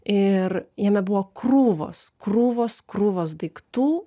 ir jame buvo krūvos krūvos krūvos daiktų